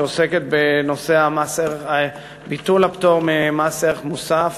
שעוסקת בביטול הפטור ממס ערך מוסף